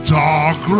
dark